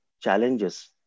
challenges